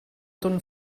ton